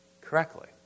correctly